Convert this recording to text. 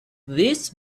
this